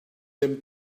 dem